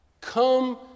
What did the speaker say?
Come